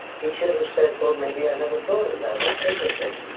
he should have said well, maybe i never thought of that. that's interesting.